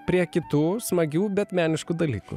prie kitų smagių bet meniškų dalykų